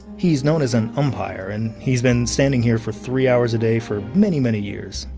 he's known as an umpire and he's been standing here for three hours a day for many, many years.